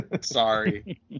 Sorry